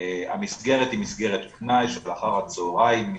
המסגרת היא מסגרת פנאי של אחר הצהריים,